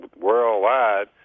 worldwide